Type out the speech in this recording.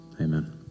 Amen